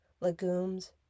legumes